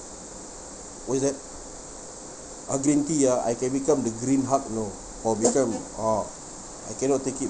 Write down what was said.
what is that ah green tea ah I can become the green hulk you know or become ah I cannot take it